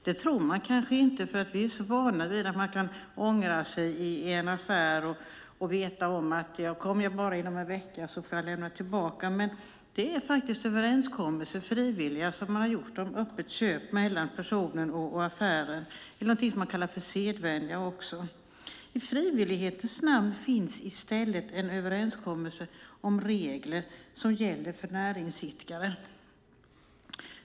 Det tror man kanske inte därför att vi är vana vid att man kan ångra sig och veta om att bara man kommer inom en vecka kan man lämna tillbaka. Men det är frivilliga överenskommelser om öppet köp mellan personen och affären. Det kan man kalla sedvänja. I frivillighetens namn finns i stället en överenskommelse om regler som gäller för näringsidkare.